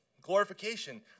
glorification